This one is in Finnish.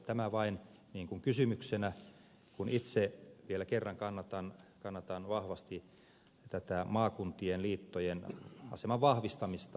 tämä vain kysymyksenä kun itse vielä kerran kannatan vahvasti maakuntien liittojen aseman vahvistamista